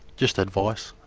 just advice.